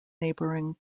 neighbouring